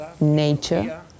nature